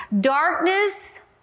darkness